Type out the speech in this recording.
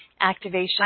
activation